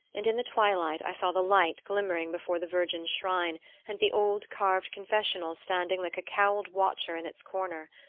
and in the twilight i saw the light glimmering before the virgin's shrine and the old carved confessional standing like a cowled watcher in its corner.